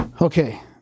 Okay